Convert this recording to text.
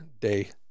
day